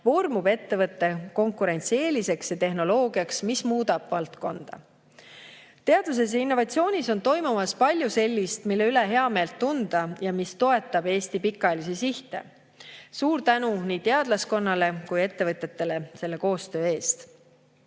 kohtudes ettevõtte konkurentsieelisteks ja tehnoloogiaks, mis muudab valdkonda. Teaduses ja innovatsioonis on toimumas palju sellist, mille üle heameelt tunda ja mis toetab Eesti pikaajalisi sihte. Suur tänu nii teadlaskonnale kui ka ettevõtjatele selle koostöö eest!